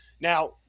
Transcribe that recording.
Now